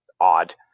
odd